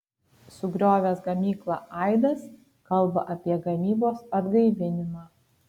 sugriovęs gamyklą aidas kalba apie gamybos atgaivinimą